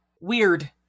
weird